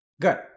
Good